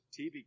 TV